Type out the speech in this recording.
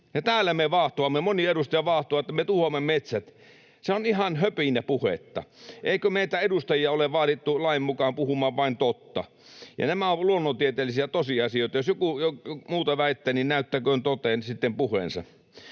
täällä me vaahtoamme, moni edustaja vaahtoaa, että me tuhoamme metsät. Se on ihan höpinäpuhetta. [Petri Huru: Juuri näin!] Eikö meitä edustajia ole vaadittu lain mukaan puhumaan vain totta? Nämä ovat luonnontieteellisiä tosiasioita. Jos joku muuta väittää, niin näyttäköön sitten toteen puheensa.